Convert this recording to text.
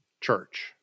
church